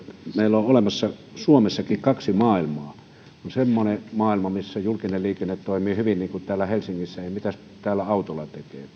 meillä on olemassa suomessakin kaksi maailmaa on semmoinen maailma missä julkinen liikenne toimii hyvin niin kuin täällä helsingissä mitä täällä autolla